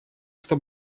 что